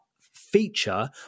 feature